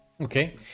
Okay